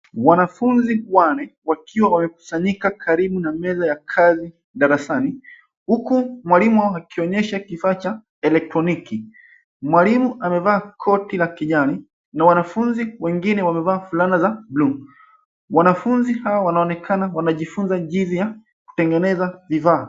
Wanafunzi nane wakiwa wamekusanyika karibu na meza ya kazi darasani huku mwalimu akionyesha kifaa cha elektroniki mwalimu amevaa koti la kijani na wanafunzi wengine wamevaa fulana za buluu wanafunzi hawa wanaonekana wanajifunza jinsi ya kutengeneza vifaa.